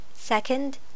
Second